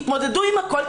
תתמודדו עם הכל,